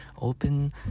Open